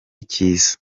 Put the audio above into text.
icyiza